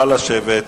נא לשבת.